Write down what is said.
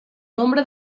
nombre